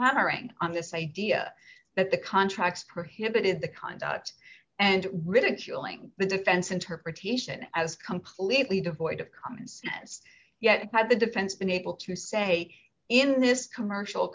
hammering on this idea that the contracts prohibited the conduct and ridiculing the defense interpretation as completely devoid of commons as yet by the defense been able to say in this commercial